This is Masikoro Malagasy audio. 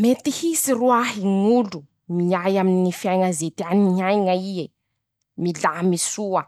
Mety hisy roahy ñ'olo miay aminy ñy fiaiña ze teany iaiña ie.Milamy soa,